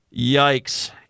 Yikes